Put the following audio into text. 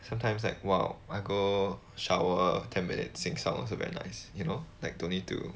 sometimes like while I go shower a ten minutes sing song also very nice you know like don't need to